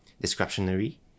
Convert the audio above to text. discretionary